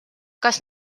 kas